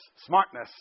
smartness